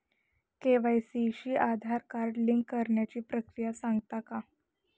KYC शी Aadhaar card link करण्याची प्रक्रिया सांगता का?